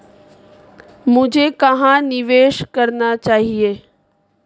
मुझे कहां निवेश करना चाहिए?